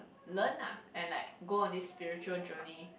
learn lah and like go on this spiritual journey